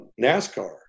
NASCAR